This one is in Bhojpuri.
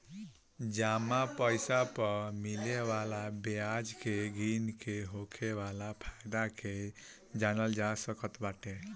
जमा पईसा पअ मिले वाला बियाज के गिन के होखे वाला फायदा के जानल जा सकत बाटे